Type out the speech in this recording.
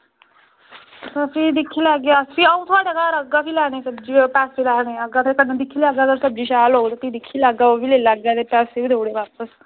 ते भी दिक्खी लैगे अस अंऊ थुआढ़े घर आह्गा लैने गी ते सब्ज़ी दे पैसे देने ई आह्गा ते कन्नै दिक्खी लैगा कन्नै सब्ज़ी शैल होग तां ओह्बी दिक्खी लैगा ते पैसे बी देई ओड़ो बापस